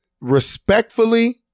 respectfully